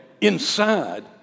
inside